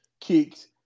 kicks